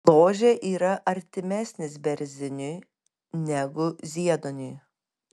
bložė yra artimesnis berziniui negu zieduoniui